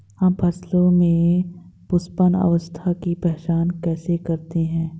हम फसलों में पुष्पन अवस्था की पहचान कैसे करते हैं?